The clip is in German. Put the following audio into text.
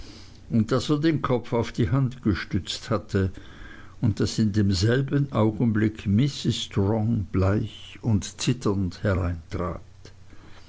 er den kopf auf die hand gestützt hatte und daß in demselben augenblick mrs strong bleich und zitternd hereintrat